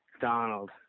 Donald